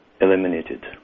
eliminated